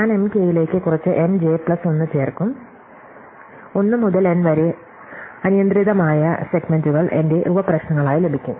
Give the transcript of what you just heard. ഞാൻ M k ലേക്ക് കുറച്ച് M j പ്ലസ് 1 ചേർക്കും 1 മുതൽ n വരെ അനിയന്ത്രിതമായ സെഗ്മെന്റുകൾ എന്റെ ഉപ പ്രശ്നങ്ങളായി ലഭിക്കും